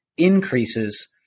increases